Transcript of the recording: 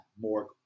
more